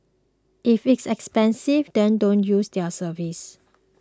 if it's expensive then don't use their service